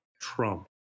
Trump